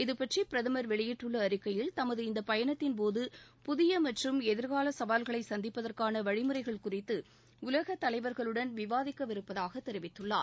இதுபற்றி பிரதமர் வெளியிட்டுள்ள அறிக்கையில் தமது இந்தப் பயணத்தின்போது புதிய மற்றும் எதிர்கால சவால்களை சந்திப்பதற்கான வழிமுறைகள் குறித்து உலகத் தலைவர்களுடன் விவாதிக்கவிருப்பதாக தெரிவித்துள்ளார்